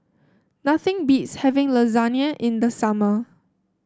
nothing beats having Lasagna in the summer